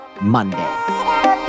Monday